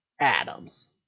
Adams